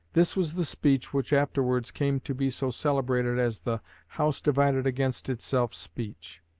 this was the speech which afterwards came to be so celebrated as the house-divided-against-itself speech.